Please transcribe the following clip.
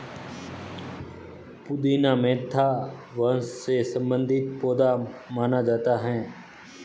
पुदीना मेंथा वंश से संबंधित पौधा माना जाता है